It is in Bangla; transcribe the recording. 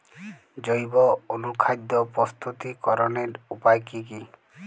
জৈব অনুখাদ্য প্রস্তুতিকরনের উপায় কী কী?